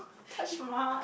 Taj Maha